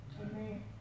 Amen